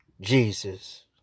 Jesus